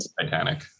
Titanic